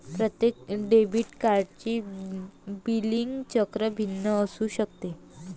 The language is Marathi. प्रत्येक क्रेडिट कार्डचे बिलिंग चक्र भिन्न असू शकते